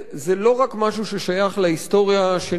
זה לא רק משהו ששייך להיסטוריה שנסגרה,